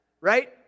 right